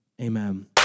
Amen